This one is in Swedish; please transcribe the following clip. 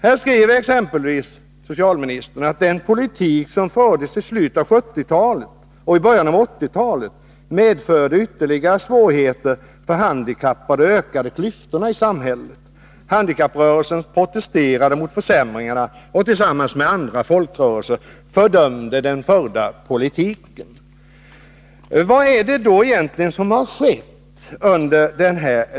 Här skriver socialministern exempelvis att den politik som fördes i slutet av 1970-talet och i början av 1980-talet medförde ytterligare svårigheter för handikappade och ökade klyftorna i samhället. Handikapprörelsen protesterade mot försämringarna, och tillsammans med andra folkrörelser fördömde de den förda politiken. Vad är det då egentligen som har skett under dessa år?